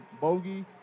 Bogey